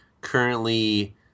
currently